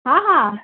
हाँ हाँ